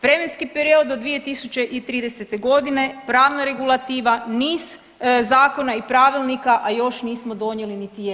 Vremenski period od 2030. godine., pravna regulativa, niz zakona i pravilnika, a još nismo donijeli niti jedan.